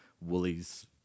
Woolies